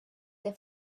der